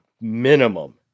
minimum